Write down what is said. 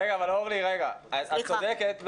רגע, אורלי, את צודקת.